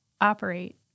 operate